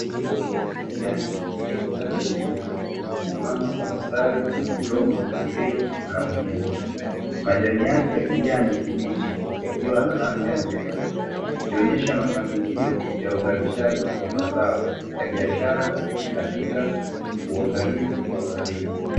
Miche ya nyanya iliyostawi vizuri imesimama kwa mstari kwenye udongo ulio na unyevu, majani yake ya kijani kibichi yakiwa na afya njema ikionyesha mafanikio ya uzalishaji wa mazao ya biashara katika uangalizi wa karibu.